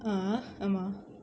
ah ஆமா:aamaa